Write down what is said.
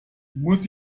muss